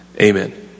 Amen